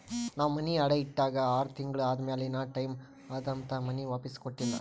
ನಾವ್ ಮನಿ ಅಡಾ ಇಟ್ಟಾಗ ಆರ್ ತಿಂಗುಳ ಆದಮ್ಯಾಲ ಇನಾ ಟೈಮ್ ಅದಂತ್ ಮನಿ ವಾಪಿಸ್ ಕೊಟ್ಟಿಲ್ಲ